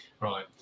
Right